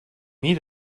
meet